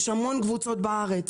יש המון קבוצות בארץ